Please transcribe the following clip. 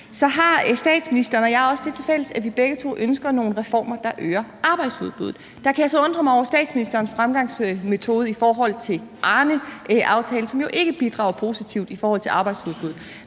Så har statsministeren og jeg også det tilfælles, at vi begge to ønsker nogle reformer, der øger arbejdsudbuddet. Der kan jeg så undre mig over statsministerens fremgangsmetode i forhold til Arneaftalen, som jo ikke bidrager positivt i forhold til arbejdsudbuddet.